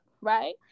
right